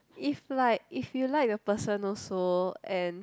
if like if you like the person also and